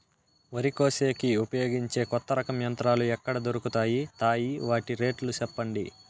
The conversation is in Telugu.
వరి కోసేకి ఉపయోగించే కొత్త రకం యంత్రాలు ఎక్కడ దొరుకుతాయి తాయి? వాటి రేట్లు చెప్పండి?